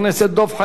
מוותר.